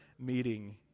meeting